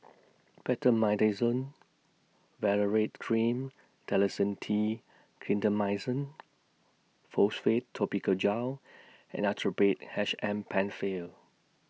Betamethasone Valerate Cream Dalacin T Clindamycin Phosphate Topical Gel and Actrapid H M PenFill